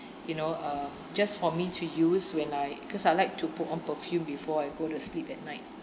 you know uh just for me to use when I cause I like to put on perfume before I go to sleep at night